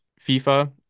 FIFA